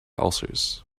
ulcers